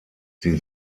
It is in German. sie